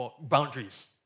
boundaries